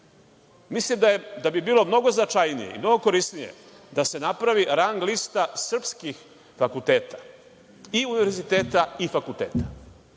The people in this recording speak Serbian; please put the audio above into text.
Mislim da bi bilo mnogo značajnije i mnogo korisnije da se napravi rang-lista srpskih fakulteta, i univerziteta i fakulteta,